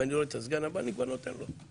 ואני רואה את הסגן הבא אני כבר נותן לו.